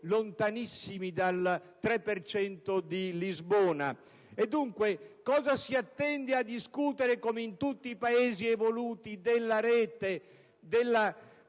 lontanissimi dal 3 per cento di Lisbona. Dunque, cosa si attende a discutere come in tutti i Paesi evoluti della rete, della